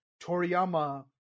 Toriyama